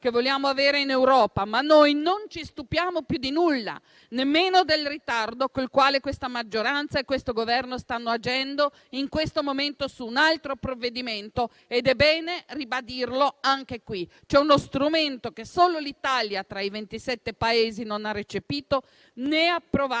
che vogliamo avere in Europa. Ma non ci stupiamo più di nulla, nemmeno del ritardo col quale questa maggioranza e questo Governo stanno agendo in questo momento su un altro provvedimento, ed è bene ribadirlo anche in questa sede. C'è uno strumento che solo l'Italia, tra i 27 Paesi, non ha recepito, né ha approvato